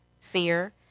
fear